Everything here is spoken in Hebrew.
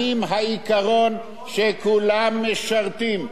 האם העיקרון שכולם משרתים,